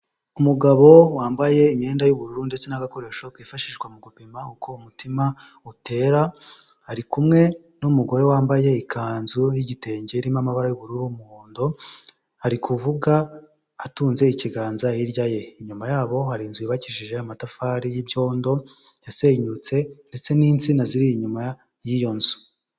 Umugabo wambaye imyenda y'ubururu ndetse n'agakoresho kifashishwa mu gupima uko umutima utera, ari kumwe n'umugore wambaye ikanzu y'igitenge irimo amaba y'ubururu n'umuhondo, ari kuvuga atunze ikiganza hirya ye. Inyuma yabo hari inzu yubakishije amatafari y'ibyondo yasenyutse ndetse n'insina ziri inyuma y'iyo nzu.